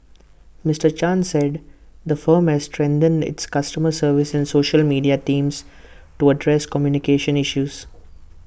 Mister chan said the firm has strengthened its customer service and social media teams to address communication issues